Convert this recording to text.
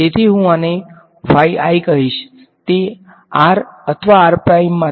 તેથી હું આને કહીશ તે r અથવા r માથી શેનુ ફંકશન હોવું જોઈએ